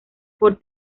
por